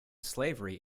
slavery